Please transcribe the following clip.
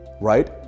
right